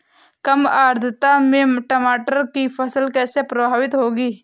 कम आर्द्रता में टमाटर की फसल कैसे प्रभावित होगी?